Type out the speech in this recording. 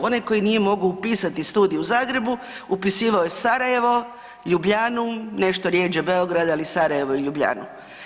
Onaj koji nije mogao upisati studij u Zagrebu, upisivao je Sarajevo, Ljubljanu, nešto rjeđe Beograd, ali Sarajevo i Ljubljanu.